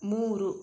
ಮೂರು